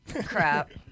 Crap